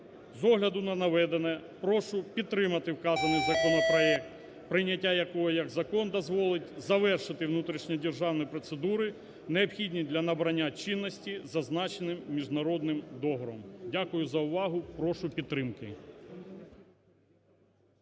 З огляду на наведене прошу підтримати вказаний законопроект, прийняття якого як закону дозволить завершити внутрішньодержавні процедури, необхідні для набрання чинності зазначеним міжнародним договором. Дякую за увагу, прошу підтримати.